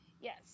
Yes